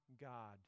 God